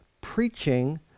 preaching